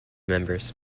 members